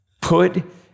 Put